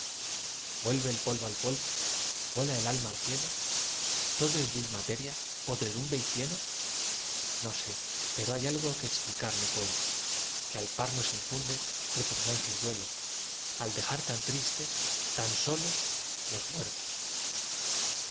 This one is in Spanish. vuelve el polvo al polvo vuela el alma al cielo todo es vil materia podredumbre y cieno no sé pero hay algo que explicar no puedo que al par nos infunde repugnancia y duelo al dejar tan tristes tan solos los muertos